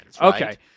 Okay